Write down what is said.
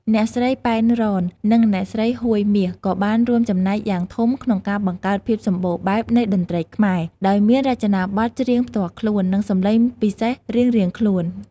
អ្នកស្រី ប៉ែន រ៉ន និងអ្នកស្រី ហួយ មាស ក៏បានរួមចំណែកយ៉ាងធំក្នុងការបង្កើតភាពសម្បូរបែបនៃតន្ត្រីខ្មែរ ដោយមានរចនាបថច្រៀងផ្ទាល់ខ្លួន និងសំឡេងពិសេសរៀងៗខ្លួន។